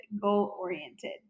goal-oriented